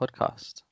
Podcast